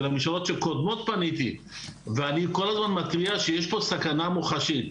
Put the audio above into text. ולממשלות שקודמות פניתי ואני כל הזמן מתריע שיש פה סכנה מוחשית.